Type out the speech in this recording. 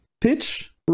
pitch